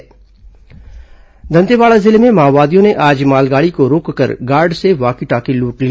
माओवादी लूट दंतेवाड़ा जिले में माओवादियों ने आज मालगाड़ी को रोककर गार्ड से वॉकी टॉकी लूट लिए